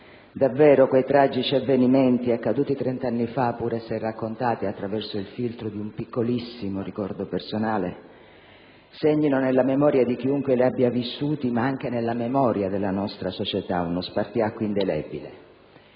davvero quei tragici avvenimenti accaduti trent'anni fa, pur se raccontati attraverso il filtro di un piccolissimo ricordo personale, segnino nella memoria di chiunque li abbia vissuti, ma anche nella memoria della nostra società, uno spartiacque indelebile: